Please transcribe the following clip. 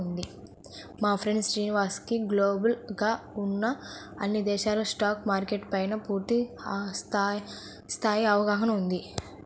మా ఫ్రెండు శ్రీనివాస్ కి గ్లోబల్ గా ఉన్న అన్ని దేశాల స్టాక్ మార్కెట్ల పైనా పూర్తి స్థాయి అవగాహన ఉంది